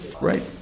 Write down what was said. right